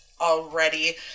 already